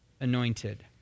anointed